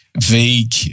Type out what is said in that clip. vague